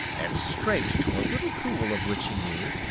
and straight to a little pool of which he knew,